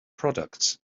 products